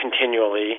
continually